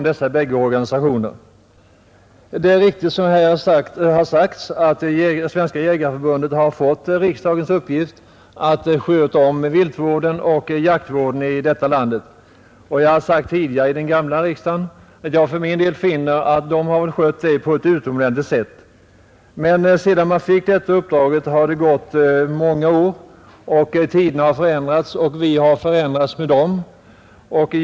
Det är riktigt att Svenska jägareförbundet fått riksdagens uppdrag att sköta om viltvården och jaktvården. Jag har redan i den gamla riksdagen sagt att jag för min del finner att Svenska jägareförbundet har skött den uppgiften utomordentligt bra. Men sedan förbundet fick uppdraget har det gått många år, och tiderna har förändrats och vi med dem.